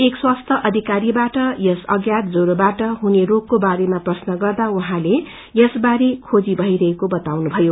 एक स्वास्थ्य अष्क्रिरीसित यसस अन्नात ज्वरोबाट हुने रोगको बारेमा प्रश्न गर्दा उहाँले यस बारे खेजी भइरहेको बताउनुभयो